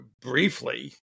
briefly